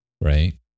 Right